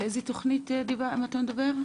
על איזו תכנית אתה מדבר?